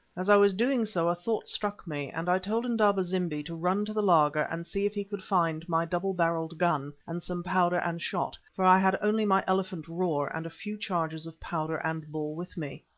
as i was doing so a thought struck me, and i told indaba-zimbi to run to the laager and see if he could find my double-barrelled gun and some powder and shot, for i had only my elephant roer and a few charges of powder and ball with me.